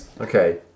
Okay